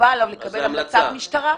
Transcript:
חובה עליו לקבל המלצת משטרה.